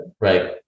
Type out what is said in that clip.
right